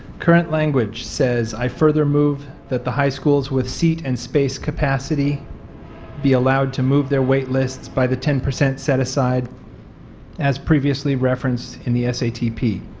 current language says i further move that the high schools with seat and space capacity be allowed to move their waitlist by the ten percent set-aside as previously referenced in the satp.